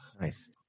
Nice